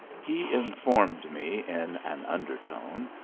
he informed me, in an under tone,